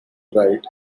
bride